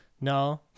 No